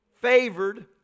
favored